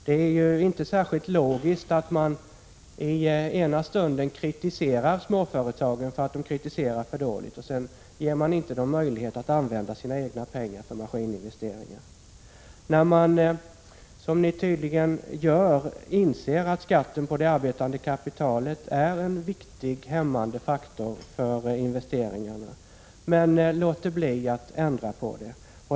Det är inte särskilt logiskt att man i ena stunden kritiserar småföretagen för att de investerar för dåligt och sedan inte ger dem möjlighet att använda sina egna pengar till maskininvesteringar. Ni inser tydligen att skatten på det arbetande kapitalet är en viktig hämmande faktor för investeringarna men låter ändå bli att ändra på det.